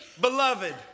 Beloved